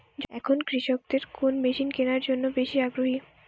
এখন কৃষকদের কোন মেশিন কেনার জন্য বেশি আগ্রহী?